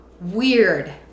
Weird